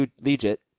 Legit